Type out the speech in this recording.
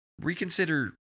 reconsider